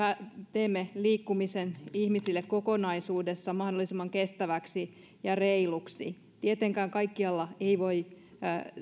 teemme liikkumisen ihmisille kokonaisuudessaan mahdollisimman kestäväksi ja reiluksi tietenkään kaikkialla ei voi